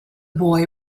boy